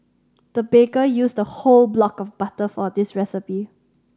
the baker used a whole block of butter for this recipe